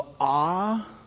awe